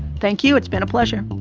thank you it's been a pleasure.